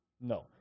no